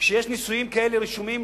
כשיש נישואים כאלה רשומים,